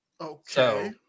Okay